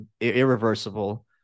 irreversible